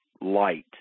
light